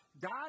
God